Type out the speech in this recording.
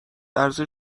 عرضه